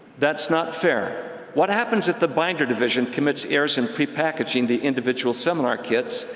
that's not fair! what happens if the binder division commits errors in pre-packaging the individual seminar kits?